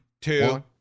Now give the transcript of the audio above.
two